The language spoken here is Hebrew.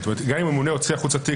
זאת אומרת שגם אם הממונה הוציא החוצה תיק